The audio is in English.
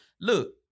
Look